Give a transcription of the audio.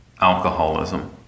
alcoholism